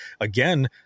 Again